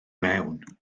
mewn